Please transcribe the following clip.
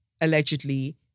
allegedly